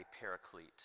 paraclete